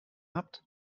habt